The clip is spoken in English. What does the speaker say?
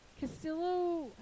Castillo